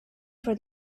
for